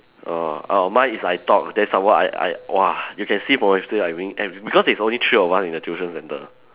oh oh mine is I top then some more I I !wah! you can see I being ar~ because it's only three of us in the tuition centre